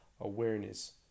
awareness